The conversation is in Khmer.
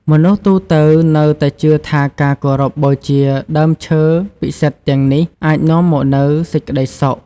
មនុស្សទូទៅនៅតែជឿថាការគោរពបូជាដើមឈើពិសិដ្ឋទាំងនេះអាចនាំមកនូវសេចក្តីសុខ។